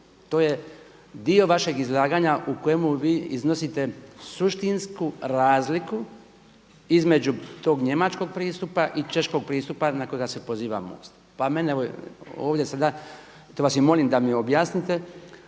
to je dio vašeg izlaganja u kojemu vi iznosite suštinsku razliku između tog njemačkog pristupa i češkog pristupa na kojega se poziva MOST. Pa mene ovdje sada, to vas i molim da mi objasnite